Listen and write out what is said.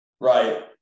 Right